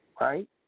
right